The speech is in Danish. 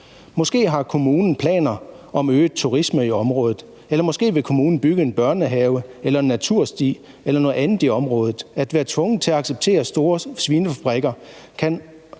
Måske har kommunen planer om øget turisme i området, eller måske vil kommunen bygge en børnehave eller en natursti eller noget andet i området. At være tvunget til at acceptere store svinefabrikker kan